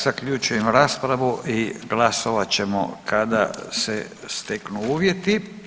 Zaključujem raspravu i glasovat ćemo kada se steknu uvjeti.